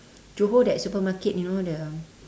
johor that supermarket you know the